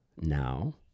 now